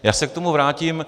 Já se k tomu vrátím.